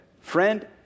friend